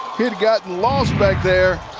gotten lost back there.